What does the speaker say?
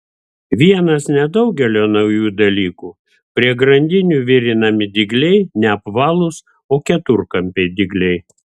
vienas nedaugelio naujų dalykų prie grandinių virinami dygliai ne apvalūs o keturkampiai dygliai